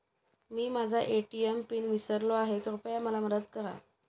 मी माझा ATM pin विसरलो आहे, कृपया मला मदत करा